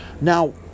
now